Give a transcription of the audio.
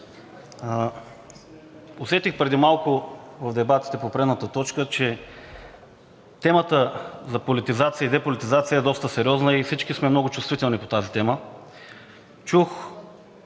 водене. Преди малко в дебатите по предната точка усетих, че темата за политизация и деполитизация е доста сериозна и всички сме много чувствителни по тази тема. Чух